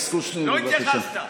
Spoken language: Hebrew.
לא התייחסת.